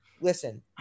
listen